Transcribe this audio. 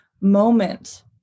moment